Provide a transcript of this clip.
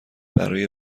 برای